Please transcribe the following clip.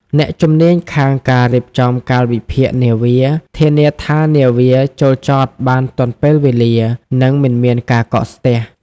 អ្នកជំនាញខាងការរៀបចំកាលវិភាគនាវា ធានាថានាវាចូលចតបានទាន់ពេលវេលា និងមិនមានការកកស្ទះ។